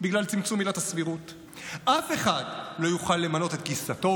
בגלל צמצום עילת הסבירות; אף אחד לא יוכל למנות את גיסתו,